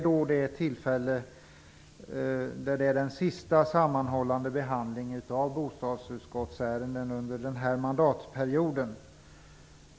Detta är den sista sammanhållna behandlingen av bostadsutskottsärenden under den här mandatperioden.